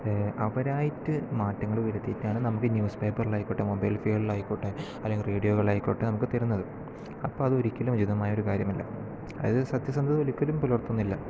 അവരായിട്ട് മാറ്റങ്ങൾ വരുത്തിയിട്ടാണ് നമുക്ക് ന്യൂസ് പേപ്പറിലായിക്കോട്ടെ മൊബൈൽ ഫീഡിലായിക്കോട്ടെ അല്ലെങ്കിൽ റേഡിയോകളിലായിക്കോട്ടെ നമുക്ക് തരുന്നത് അപ്പോൾ അതൊരിക്കലും ഉചിതമായ ഒരു കാര്യമല്ല അതിൽ സത്യസന്ധത ഒരിക്കലും പുലർത്തുന്നില്ല